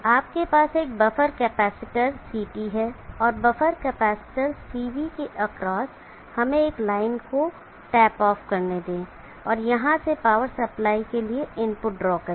आपके पास एक बफर कैपेसिटर CT है और बफ़र कैपेसिटर CT के एक्रॉस हमें एक लाइन को टैप ऑफ करने दें और यहाँ से पावर सप्लाईके लिए इनपुट ड्रॉ करें